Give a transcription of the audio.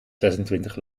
zesentwintig